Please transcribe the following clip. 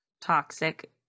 toxic